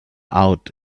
out